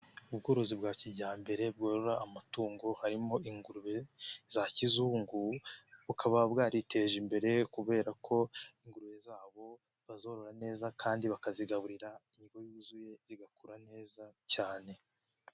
Ubworozi bwa kijyambere bworora amatungo harimo ingurube za kizungu bukaba bwariteje imbere kubera ko ingurube zabo bazorora neza kandi bakazigaburira indyo yuzuye zigakura neza cyane.